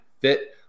fit